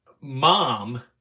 mom